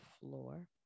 floor